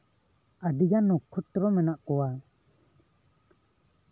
ᱟᱰᱤᱜᱟᱱ ᱱᱚᱠᱷᱚᱛᱨᱚ ᱢᱮᱱᱟᱜ ᱠᱚᱣᱟ